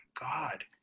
God